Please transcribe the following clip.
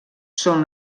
són